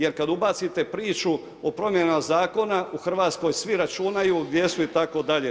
Jer kada ubacite priču o promjenama zakona u Hrvatskoj svi računaju gdje su itd.